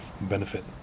benefit